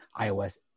iOS